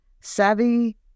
Savvy